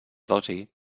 dosi